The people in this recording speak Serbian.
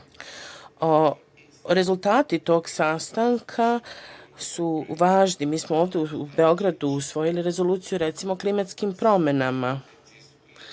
godine. Rezultati tog sastanka su važni. Mi smo ovde u Beogradu usvojili Rezoluciju, recimo, o klimatskim promenama